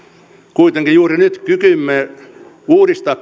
kuitenkin juuri nyt kykymme uudistaa